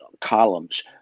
columns